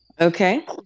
Okay